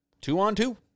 two-on-two